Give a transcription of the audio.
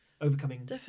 overcoming